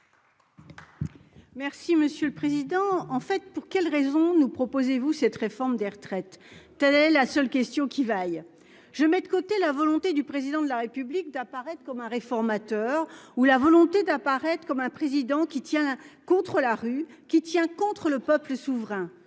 Merci monsieur le président. En fait, pour quelles raisons nous proposez-vous cette réforme des retraites. Telle est la seule question qui vaille, je mets de côté la volonté du président de la République d'apparaître comme un réformateur ou la volonté d'apparaître comme un président qui tient contre la rue qui tient contre le peuple souverain.